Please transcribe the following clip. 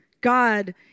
God